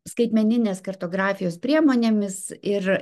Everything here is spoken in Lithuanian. skaitmeninės kartografijos priemonėmis ir